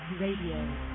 Radio